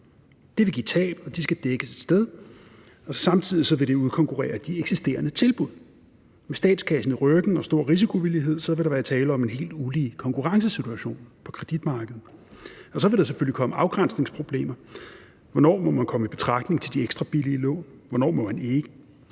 Det vil give tab, og de skal dækkes et sted. Samtidig vil det udkonkurrere de eksisterende tilbud. Med statskassen i ryggen og stor risikovillighed vil der være tale om en helt ulige konkurrencesituation på kreditmarkedet, og så vil der selvfølgelig komme afgrænsningsproblemer. Hvornår må man komme i betragtning til de ekstra billige lån? Hvornår må man ikke?